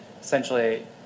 essentially